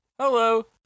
Hello